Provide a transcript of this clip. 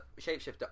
shapeshifter